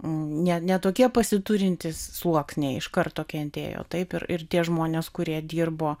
ne netokie pasiturintys sluoksniai iš karto kentėjo taip ir tie žmonės kurie dirbo